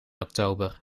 oktober